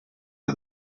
are